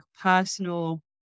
personal